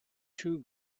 two